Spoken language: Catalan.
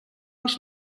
els